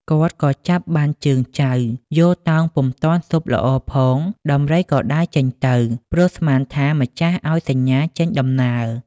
គាត់ក៏ចាប់បានជើងចៅយោលទោងពុំទាន់ស៊ប់ល្អផង ដំរីក៏ដើរចេញទៅព្រោះស្មានថា ម្ចាស់ឱ្យសញ្ញាចេញដំណើរ។